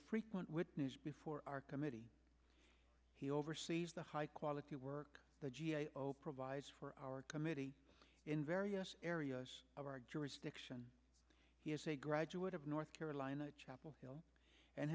frequent witness before our committee he oversees the high quality work the g a o provides for our committee in various areas of our jurisdiction he is a graduate of north carolina chapel hill and